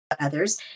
others